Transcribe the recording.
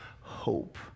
hope